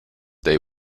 they